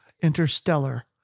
Interstellar